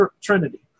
Trinity